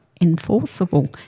enforceable